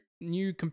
new